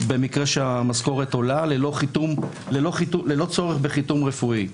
במקרה שהמשכורת עולה, ללא צורך בחיתום רפואי.